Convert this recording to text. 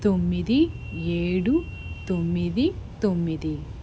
తొమ్మిది ఏడు తొమ్మిది తొమ్మిది